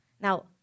now